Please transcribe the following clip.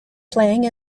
playing